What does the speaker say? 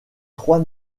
trois